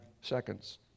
seconds